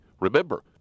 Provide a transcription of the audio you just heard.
remember